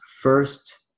first